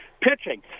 pitching